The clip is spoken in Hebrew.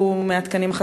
מהתקנים החדשים,